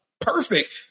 perfect